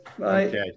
Okay